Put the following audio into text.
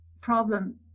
problem